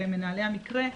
שהם מנהלי המקרה,